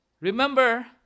Remember